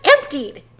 emptied